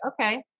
okay